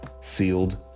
sealed